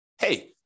hey